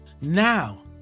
Now